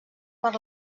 per